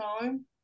time